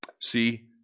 See